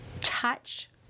touch